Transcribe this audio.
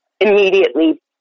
immediately